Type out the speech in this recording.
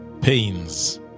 pains